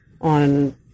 on